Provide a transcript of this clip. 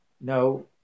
No